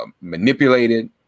manipulated